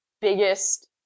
biggest